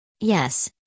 Yes